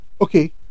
okay